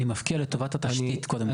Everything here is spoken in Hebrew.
אני מפקיע לטובת התשתית, קודם כל.